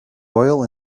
oil